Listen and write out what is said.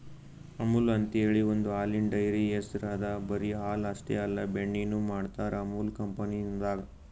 ಅಮುಲ್ ಅಂಥೇಳಿ ಒಂದ್ ಹಾಲಿನ್ ಡೈರಿ ಹೆಸ್ರ್ ಅದಾ ಬರಿ ಹಾಲ್ ಅಷ್ಟೇ ಅಲ್ಲ ಬೆಣ್ಣಿನು ಮಾಡ್ತರ್ ಅಮುಲ್ ಕಂಪನಿದಾಗ್